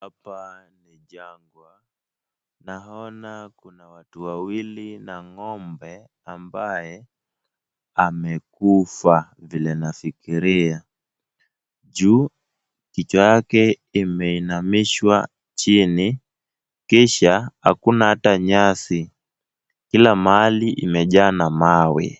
Hapa ni jangwa. Naona kuna watu wawili na ng'ombe ambaye amekufa vile nafikiria juu kichwa yake imeinamishwa chini kisha hakuna hata nyasi, kila mahali imejaa na mawe.